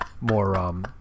more